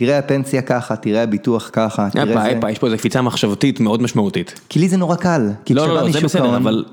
תראה הפנסיה ככה, תראה הביטוח ככה, תראה איזה... אין פעיה, יש פה איזה קפיצה מחשבותית מאוד משמעותית. כי לי זה נורא קל. לא, לא, זה בסדר, אבל...